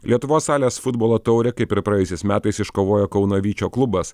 lietuvos salės futbolo taurę kaip ir praėjusiais metais iškovojo kauno vyčio klubas